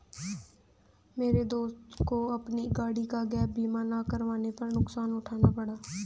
मेरे एक दोस्त को अपनी गाड़ी का गैप बीमा ना करवाने पर नुकसान उठाना पड़ा